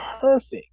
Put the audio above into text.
perfect